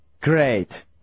Great